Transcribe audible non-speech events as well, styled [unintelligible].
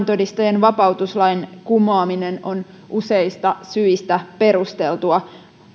[unintelligible] todistajien vapautuslain kumoaminen on useista syistä perusteltua